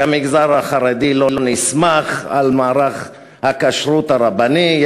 כי המגזר החרדי לא נסמך על מערך הכשרות הרבני,